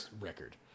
record